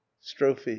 Strophe